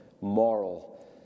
moral